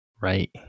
right